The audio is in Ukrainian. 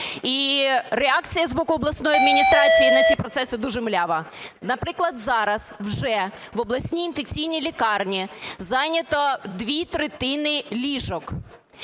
І реакція з боку обласної адміністрації на ці процеси дуже млява. Наприклад, зараз вже в обласній інфекційній лікарні зайнято дві третини ліжок.